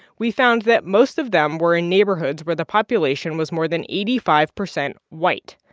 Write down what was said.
we found that most of them were in neighborhoods where the population was more than eighty five percent white.